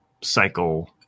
cycle